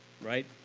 Right